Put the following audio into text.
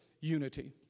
unity